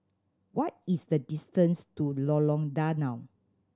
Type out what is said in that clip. what is the distance to Lorong Danau